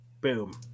Boom